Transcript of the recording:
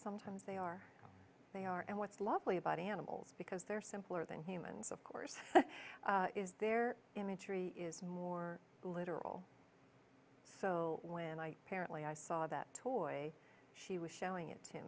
sometimes they are they are and what's lovely about animals because they're simpler than humans of course is their imagery is more literal so when i apparently i saw that oil she was showing it to